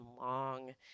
long